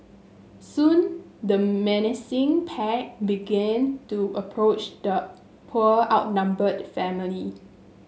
soon the menacing pack began to approach the poor outnumbered family